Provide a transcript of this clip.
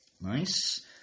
Nice